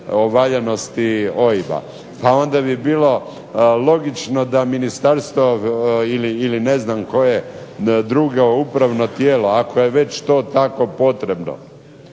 valjanosti OIB-a. Pa onda bi bilo logično da ministarstvo ili ne znam koje drugo upravno tijelo, ako je već to tako potrebno,